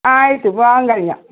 ആയിട്ട് വിവാഹം കഴിഞ്ഞാ